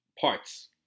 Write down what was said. parts